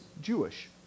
Jewish